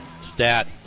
Stat